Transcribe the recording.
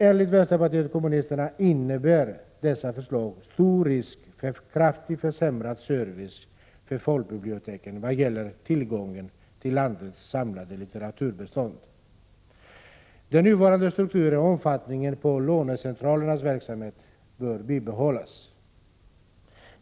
Enligt vänsterpartiet kommunisterna innebär dessa förslag stor risk för kraftigt försämrad service för folkbiblioteken vad gäller tillgången till landets samlade litteraturbistånd. Den nuvarande strukturen och omfattningen på lånecentralernas verksamhet bör bibehållas.